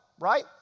right